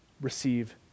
receive